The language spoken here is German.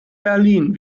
berlin